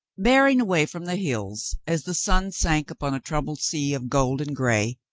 bearing away from the hills as the sun sank upon a troubled sea of gold and gray,